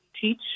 teach